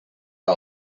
our